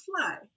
fly